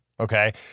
Okay